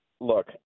Look